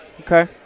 Okay